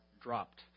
dropped